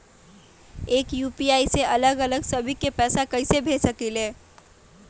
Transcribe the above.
एक यू.पी.आई से अलग अलग सभी के पैसा कईसे भेज सकीले?